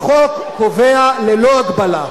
החוק קובע ללא הגבלה.